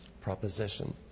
proposition